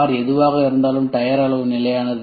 காராக எதுவாக இருந்தாலும் டயர் அளவு நிலையானது